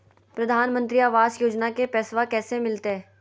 प्रधानमंत्री आवास योजना में पैसबा कैसे मिलते?